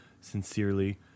Sincerely